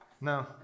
No